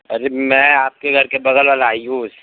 अरे मैं आपके घर के बगल वाला आयूष